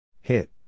Hit